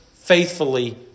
faithfully